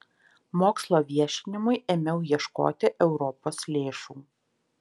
mokslo viešinimui ėmiau ieškoti europos lėšų